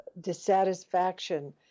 dissatisfaction